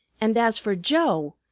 and as for joe,